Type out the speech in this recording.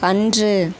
அன்று